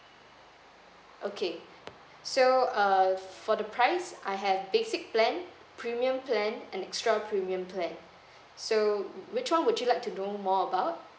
okay so uh for the price I have basic plan premium plan and extra premium plan so which one would you like to know more about